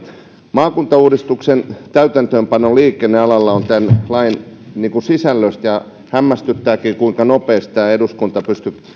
maakuntauudistuksen täytäntöönpano liikennealalla on tämän lain sisältö ja hämmästyttääkin kuinka nopeasti tämä eduskunta pystyi